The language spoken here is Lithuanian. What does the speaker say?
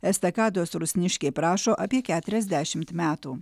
estakados rusniškiai prašo apie keturiasdešimt metų